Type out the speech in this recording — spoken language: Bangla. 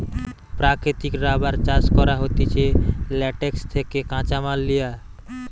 প্রাকৃতিক রাবার চাষ করা হতিছে ল্যাটেক্স থেকে কাঁচামাল লিয়া